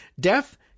deaf